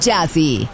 Jazzy